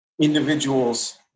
individuals